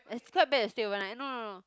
as it's quite bad to stay overnight no no no no